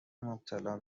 مبتلا